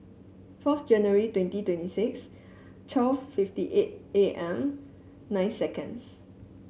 four January twenty twenty six twelve fifty eight A M nine seconds